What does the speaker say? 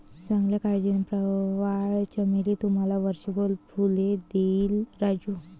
चांगल्या काळजीने, प्रवाळ चमेली तुम्हाला वर्षभर फुले देईल राजू